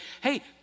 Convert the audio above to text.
hey